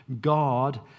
God